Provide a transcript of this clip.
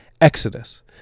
Exodus